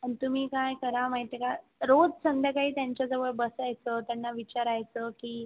अन् तुम्ही काय करा माहिती का रोज संध्याकाळी त्यांच्याजवळ बसायचं त्यांना विचारायचं की